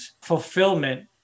fulfillment